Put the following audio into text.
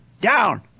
down